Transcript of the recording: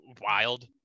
wild